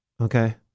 okay